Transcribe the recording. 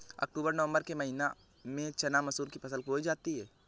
अक्टूबर नवम्बर के महीना में चना मसूर की फसल बोई जाती है?